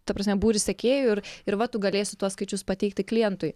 ta prasme būrį sekėjų ir ir va tu galėsi tuos skaičius pateikti klientui